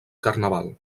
carnaval